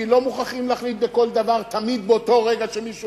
כי לא מוכרחים להחליט בכל דבר תמיד ברגע שמישהו